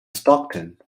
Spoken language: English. stockton